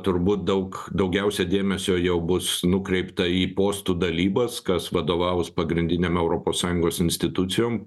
turbūt daug daugiausia dėmesio jau bus nukreipta į postų dalybas kas vadovaus pagrindinėm europos sąjungos institucijom